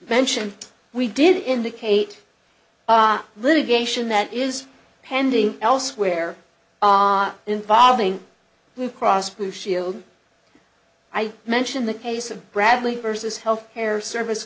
mention we did indicate litigation that is pending elsewhere involving cross blue shield i mention the case of bradley vs health care service